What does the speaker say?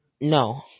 no